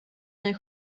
mig